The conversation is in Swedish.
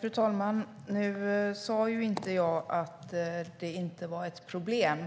Fru talman! Jag sa inte att det inte är ett problem,